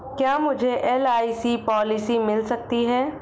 क्या मुझे LIC policy मिल सकती है?